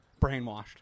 brainwashed